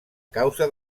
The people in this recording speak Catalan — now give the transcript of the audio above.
causa